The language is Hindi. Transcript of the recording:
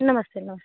नमस्ते नमस्ते